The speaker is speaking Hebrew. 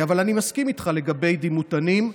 אבל אני מסכים איתך לגבי דימותנים,